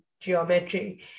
geometry